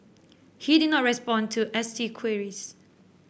he did not respond to S T queries